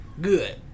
Good